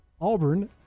auburn